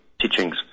teachings